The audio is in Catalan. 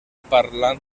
parlant